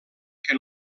que